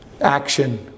action